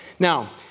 Now